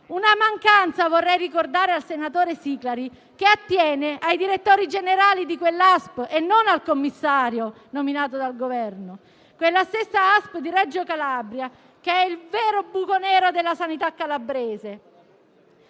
Calabria. Vorrei ricordare al senatore Siclari che tale mancanza attiene ai direttori generali di quella ASP e non al commissario nominato dal Governo. È la stessa ASP di Reggio Calabria il vero buco nero della sanità calabrese